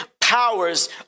powers